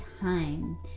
time